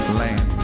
land